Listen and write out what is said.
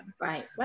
Right